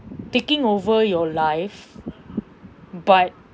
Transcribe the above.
taking over your life but